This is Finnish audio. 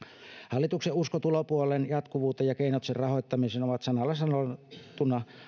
hallituksen usko tulopuolen jatkuvuuteen ja keinot sen rahoittamiseen ovat sanalla sanottuna